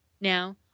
Now